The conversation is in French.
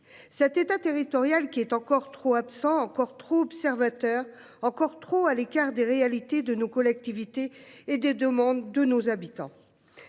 Cet État territoriale qu'il est encore trop absent encore trop observateurs encore trop à l'écart des réalités de nos collectivités et des demandes de nos habitants,